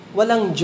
walang